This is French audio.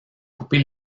couper